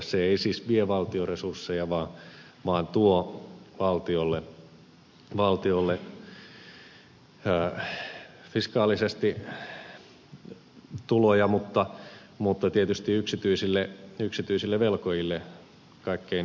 se ei siis vie valtion resursseja vaan tuo valtiolle fiskaalisesti tuloja mutta tietysti yksityisille velkojille kaikkein eniten